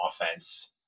offense